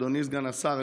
אדוני סגן השר,